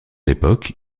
l’époque